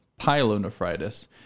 pyelonephritis